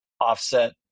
offset